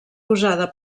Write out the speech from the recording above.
usada